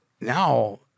now